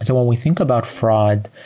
so when we think about fraud,